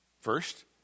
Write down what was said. First